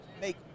make